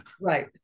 right